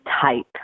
type